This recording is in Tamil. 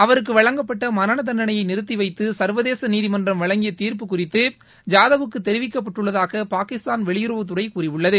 அவருக்கு வழங்கப்பட்ட மரண தண்டனையை நிறுத்தி வைத்து சா்வதேச நீதிமன்றம் வழங்கிய தீர்ப்பு குறித்து ஜாதவ்க்கு தெரிவிக்கப்பட்டுள்ளதாக பாகிஸ்தான் வெளியுறவுத்துறை கூறியுள்ளது